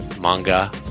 manga